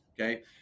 Okay